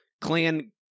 Clan